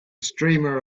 streamer